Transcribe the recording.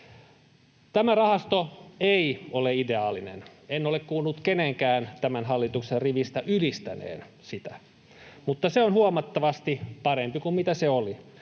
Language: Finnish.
Tämä rahasto ei ole ideaalinen. En ole kuullut kenenkään tämän hallituksen rivistä ylistäneen sitä, mutta se on huomattavasti parempi kuin se oli,